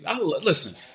listen